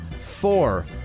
Four